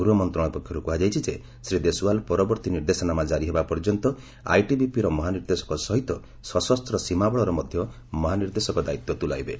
ଗୃହ ମନ୍ତ୍ରଶାଳୟ ପକ୍ଷରୁ କୁହାଯାଇଛି ଯେ ଶ୍ରୀ ଦେଶଓ୍ୱାଲ ପରବର୍ତ୍ତୀ ନିର୍ଦ୍ଦେଶନାମା ଜାରୀ ହେବା ପର୍ଯ୍ୟନ୍ତ ଆଇଟିବିପି ର ମହାନିର୍ଦ୍ଦେଶକ ସହିତ ସଶସ୍ତ ସୀମା ବଳର ମଧ୍ୟ ମହାନିର୍ଦ୍ଦେଶକ ଦାୟିତ୍ୱ ତୁଲାଇବେ